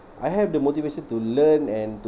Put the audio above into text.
I have the motivation to learn and